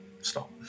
Stop